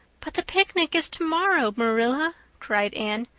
but the picnic is tomorrow, marilla, cried anne.